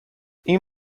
این